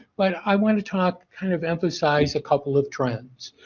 but, i want to talk kind of emphasize a couple of trends.